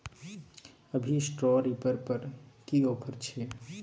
अभी straw reaper पर की ऑफर छै?